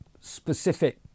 specific